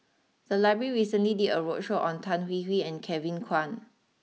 the library recently did a roadshow on Tan Hwee Hwee and Kevin Kwan